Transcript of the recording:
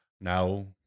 Now